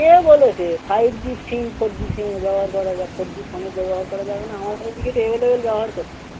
কে বলেছে five G SIM four G সিমে ব্যবহার করা যায় ফোর জি ফোনে ব্যবহার করা যাবে না আমাদের এদিকে তো এভেলেবেল ব্যবহার করছে